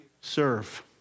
serve